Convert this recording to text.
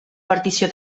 partició